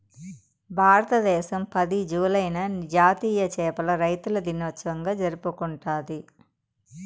భారతదేశం పది, జూలైని జాతీయ చేపల రైతుల దినోత్సవంగా జరుపుకుంటాది